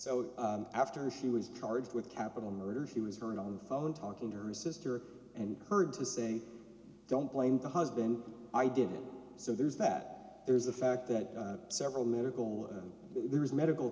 so after she was charged with capital murder she was going on the phone talking to her sister and her to say don't blame the husband i did it so there's that there's the fact that several medical there is medical